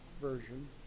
version